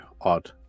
odd